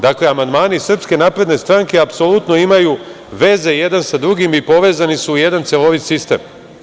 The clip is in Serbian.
Dakle, amandmani SNS apsolutno imaju veze jedan sa drugim i povezani su u jedan celovit sistem.